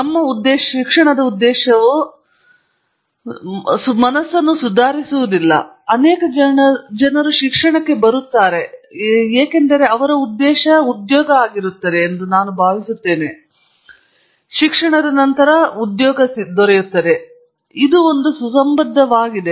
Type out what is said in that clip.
ನಂತರ ಶಿಕ್ಷಣದ ಉದ್ದೇಶವು ಮನಸ್ಸಿನ ಉದ್ಯೋಗವನ್ನು ಸುಧಾರಿಸುವುದಿಲ್ಲ ಅನೇಕ ಜನರು ಶಿಕ್ಷಣಕ್ಕೆ ಬರುತ್ತಾರೆ ಎಂದು ತಿಳಿದುಕೊಳ್ಳುವುದು ಬಹಳ ಮುಖ್ಯ ಎಂದು ನಾನು ಭಾವಿಸುತ್ತೇನೆ ಇದು ನಂತರ ಉದ್ಯೋಗಕ್ಕೆ ಕಾರಣವಾಗುತ್ತದೆ ಅದು ಮಾಡುತ್ತದೆ ಆದರೆ ಇದು ಒಂದು ಸುಸಂಬದ್ಧವಾಗಿದೆ